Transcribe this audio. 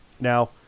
Now